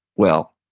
well,